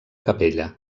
capella